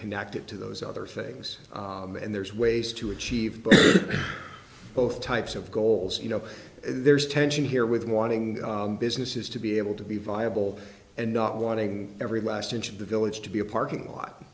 connect it to those other things and there's ways to achieve both types of goals you know there's a tension here with wanting businesses to be able to be viable and not wanting every last inch of the village to be a parking